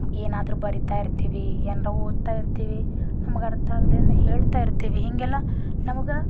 ಏನಾದ್ರೂ ಬರಿತಾ ಇರ್ತೀವಿ ಏನರ ಓದ್ತಾ ಇರ್ತೀವಿ ನಮಗೆ ಅರ್ಥ ಆಗ್ದಿಂದು ಹೇಳ್ತಾ ಇರ್ತೀವಿ ಹೀಗೆಲ್ಲ ನಮ್ಗೆ